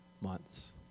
months